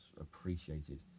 appreciated